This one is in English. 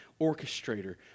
orchestrator